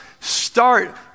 Start